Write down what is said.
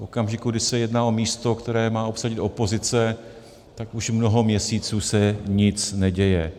V okamžiku, kdy se jedná o místo, které má obsadit opozice, tak už mnoho měsíců se nic neděje.